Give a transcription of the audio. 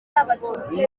abatutsi